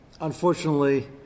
Unfortunately